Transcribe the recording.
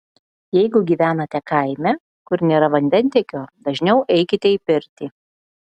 jeigu gyvenate kaime kur nėra vandentiekio dažniau eikite į pirtį